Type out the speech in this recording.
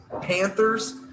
Panthers